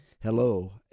Hello